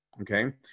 Okay